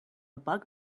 bug